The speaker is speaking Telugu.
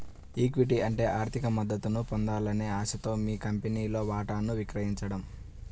ఈక్విటీ అంటే ఆర్థిక మద్దతును పొందాలనే ఆశతో మీ కంపెనీలో వాటాను విక్రయించడం